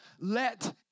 let